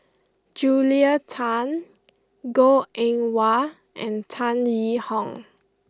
Julia Tan Goh Eng Wah and Tan Yee Hong